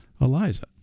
Eliza